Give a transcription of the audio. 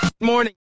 Morning